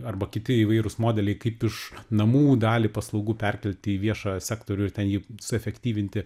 arba kiti įvairūs modeliai kaip iš namų dalį paslaugų perkelti į viešą sektorių ir ten jį suefektyvinti